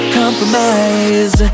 compromise